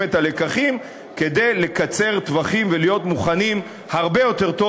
את הלקחים כדי לקצר טווחים ולהיות מוכנים הרבה יותר טוב